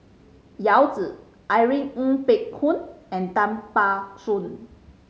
Yao Zi Irene Ng Phek Hoong and Tan Ban Soon